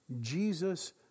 Jesus